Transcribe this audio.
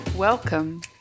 Welcome